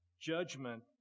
Judgment